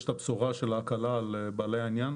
את הבשורה של ההקלה על בעלי העניין.